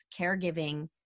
caregiving